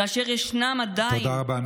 כאשר ישנם עדיין, תודה רבה.